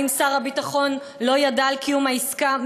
האם שר הביטחון לא ידע על קיום העסקה?